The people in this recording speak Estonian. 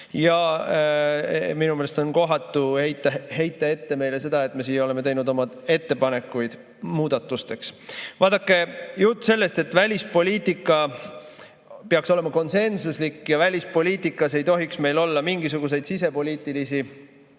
Minu meelest on kohatu heita ette meile seda, et me oleme siia teinud oma muudatusettepanekuid. Vaadake, jutt sellest, et välispoliitika peaks olema konsensuslik ja välispoliitikas ei tohiks meil olla mingisuguseid sisepoliitilisi